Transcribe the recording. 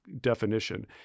definition